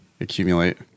accumulate